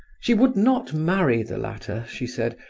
she would not marry the latter, she said,